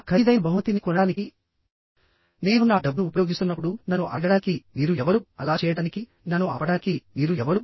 ఆ ఖరీదైన బహుమతిని కొనడానికి నేను నా డబ్బును ఉపయోగిస్తున్నప్పుడు నన్ను అడగడానికి మీరు ఎవరు అలా చేయడానికి నన్ను ఆపడానికి మీరు ఎవరు